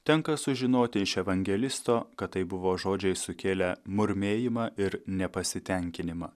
tenka sužinoti iš evangelisto kad tai buvo žodžiai sukėlę murmėjimą ir nepasitenkinimą